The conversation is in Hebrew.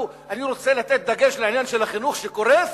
אני רוצה לתת דגש על עניין החינוך שקורס.